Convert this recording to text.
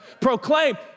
Proclaim